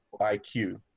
IQ